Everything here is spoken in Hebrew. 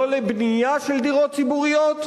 לא לבנייה של דירות ציבוריות,